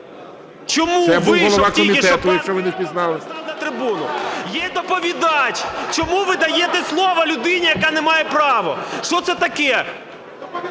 Чому ви даєте слово людині, яка не має права? Що це таке?